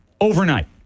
Overnight